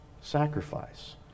sacrifice